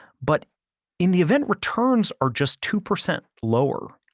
but in the event returns are just two percent lower,